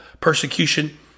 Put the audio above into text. persecution